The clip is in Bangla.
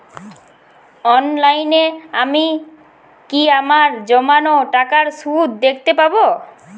অনলাইনে আমি কি আমার জমানো টাকার সুদ দেখতে পবো?